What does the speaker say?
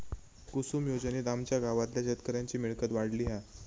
कुसूम योजनेत आमच्या गावातल्या शेतकऱ्यांची मिळकत वाढली हा